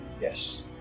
Yes